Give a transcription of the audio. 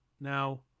Now